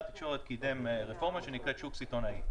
התקשורת קידם רפורמה שנקראת שוק סיטונאי.